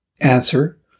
Answer